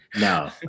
No